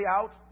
out